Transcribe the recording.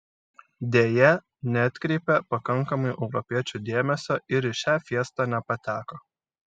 deja neatkreipė pakankamai europiečių dėmesio ir į šią fiestą nepateko